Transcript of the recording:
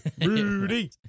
Rudy